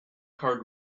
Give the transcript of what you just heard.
card